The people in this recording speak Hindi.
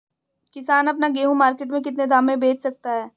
किसान अपना गेहूँ मार्केट में कितने दाम में बेच सकता है?